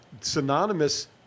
synonymous